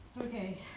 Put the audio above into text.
Okay